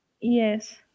Yes